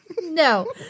No